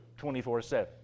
24-7